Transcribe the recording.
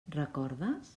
recordes